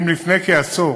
אם לפני כעשור